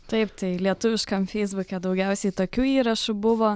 taip tai lietuviškam feisbuke daugiausiai tokių įrašų buvo